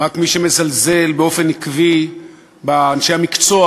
רק מי שמזלזל באופן עקבי באנשי המקצוע